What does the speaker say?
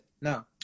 No